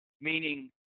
meaning